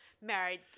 married